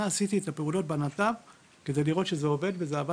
עשיתי את הפעולות כדי לראות שזה עובד ואכן